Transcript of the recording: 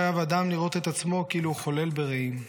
חייב אדם לראות את עצמו כאילו הוא חולל ברעים /